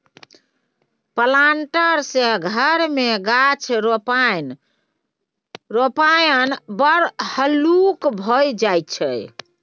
planter सँ घर मे गाछ रोपणाय बड़ हल्लुक भए जाइत छै